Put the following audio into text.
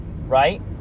right